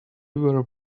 were